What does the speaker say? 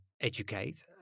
educate